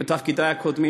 בתפקידי הקודמים,